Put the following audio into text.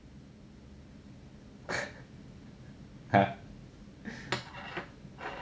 !huh!